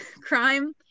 crime